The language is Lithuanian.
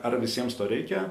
ar visiems to reikia